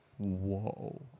Whoa